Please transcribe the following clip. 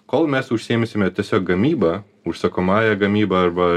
kol mes užsiimsime tiesiog gamyba užsakomąja gamyba arba